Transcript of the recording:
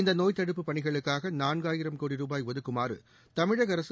இந்த நோய் தடுப்பு பணிகளுக்காக நான்காயிரம் கோடி ரூபாய் ஒதுக்குமாறு தமிழக அரசு